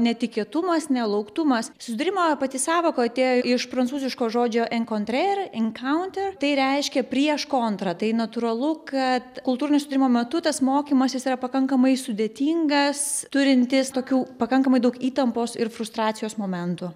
netikėtumas nelauktumas susidūrimo pati sąvoka atėjo iš prancūziško žodžio enkontrer enkaunter tai reiškia prieš kontra tai natūralu kad kultūrinio susidūrimo metu tas mokymasis yra pakankamai sudėtingas turintis tokių pakankamai daug įtampos ir frustracijos momentų